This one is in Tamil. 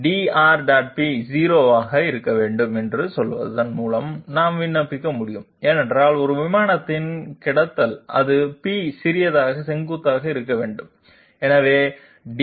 p 0 ஆக இருக்க வேண்டும் என்று சொல்வதன் மூலம் நாம் விண்ணப்பிக்க முடியும் ஏனென்றால் அது விமானத்தில் கிடந்தால் அது p சிறியதாக செங்குத்தாக இருக்க வேண்டும் எனவே dR